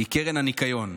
היא קרן הניקיון.